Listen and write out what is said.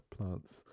plants